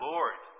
Lord